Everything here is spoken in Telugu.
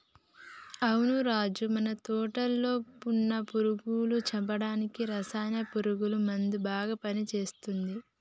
అవును రాజు మన తోటలో వున్న పురుగులను చంపడానికి రసాయన పురుగుల మందు బాగా పని చేస్తది